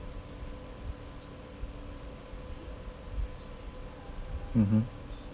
mmhmm